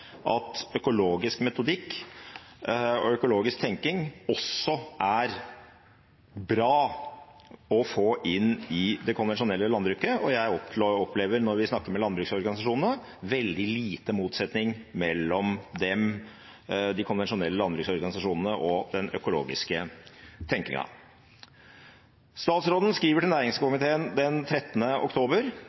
bra å få inn i det konvensjonelle landbruket. Når vi snakker med landbruksorganisasjonene, opplever jeg veldig lite motsetning mellom dem, de konvensjonelle landbruksorganisasjonene, og den økologiske tenkningen. Statsråden skriver til næringskomiteen den 13. oktober